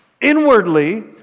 inwardly